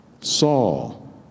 Saul